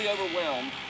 overwhelmed